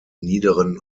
niederen